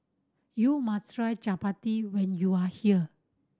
you must try chappati when you are here